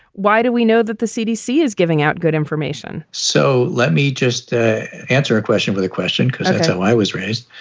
why do we know that the cdc is giving out good information? so let me just answer a question with a question, because so i was raised.